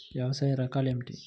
వ్యవసాయ రకాలు ఏమిటి?